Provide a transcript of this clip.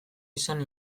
izan